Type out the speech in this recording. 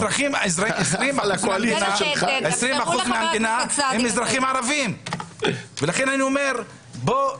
20 אחוזים מהמדינה הם אזרחים ערבים ולכן אני אומר בואו